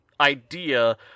idea